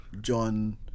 John